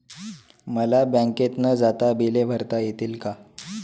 मला बँकेत न जाता बिले भरता येतील का?